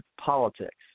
Politics